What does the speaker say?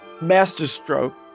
masterstroke